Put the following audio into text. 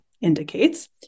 indicates